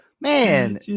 Man